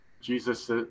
Jesus